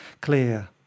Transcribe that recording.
clear